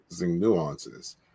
nuances